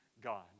God